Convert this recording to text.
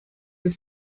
your